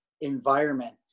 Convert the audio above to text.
environment